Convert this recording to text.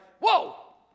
whoa